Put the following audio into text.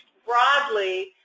broadly.